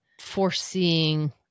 foreseeing